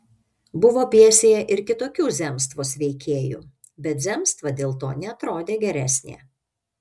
buvo pjesėje ir kitokių zemstvos veikėjų bet zemstva dėl to neatrodė geresnė